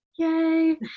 Yay